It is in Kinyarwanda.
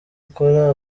akora